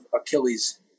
Achilles